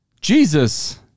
Jesus